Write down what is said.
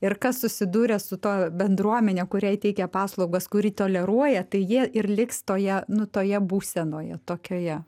ir kas susidūrė su tuo bendruomene kuriai teikia paslaugas kuri toleruoja tai jie ir liks toje nu toje būsenoje tokioje